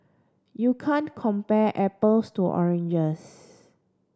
you can't compare apples to oranges